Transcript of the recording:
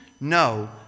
No